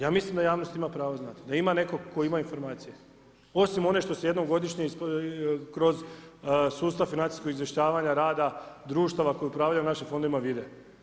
Ja mislim da javnost ima pravo znati, da ima netko tko ima informacije osim one što se jednom godišnje kroz sustav financijskog izvještavanja rada društava koje upravljaju našim fondovima vide.